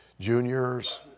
juniors